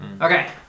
Okay